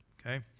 okay